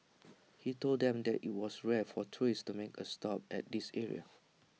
he told them that IT was rare for tourists to make A stop at this area